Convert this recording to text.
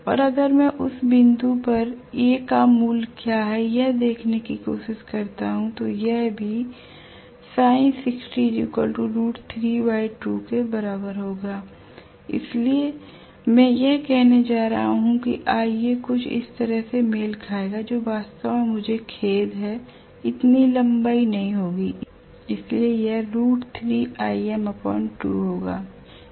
और अगर मैं इस बिंदु पर A का मूल्य क्या है यह देखने की कोशिश करता हूं तो यह भी के बराबर होगा l इसलिए मैं यह कहने जा रहा हूं कि iA कुछ इस तरह से मेल खाएगा जो वास्तव में मुझे खेद है यह इतनी लंबाई नहीं होगी इसलिए यह होगा